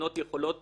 מדינות יכולות